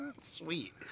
Sweet